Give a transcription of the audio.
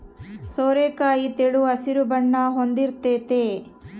ಸೋರೆಕಾಯಿ ತೆಳು ಹಸಿರು ಬಣ್ಣ ಹೊಂದಿರ್ತತೆ